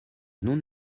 non